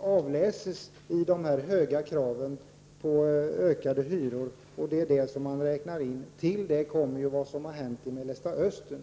avläses i dessa höga krav på ökade hyror. Det är detta som man räknar in. Till detta kommer vad som har hänt i Mellersta Östern.